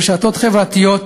רשתות חברתיות,